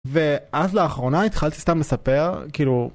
ואז לאחרונה התחלתי סתם לספר, כאילו...